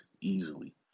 Easily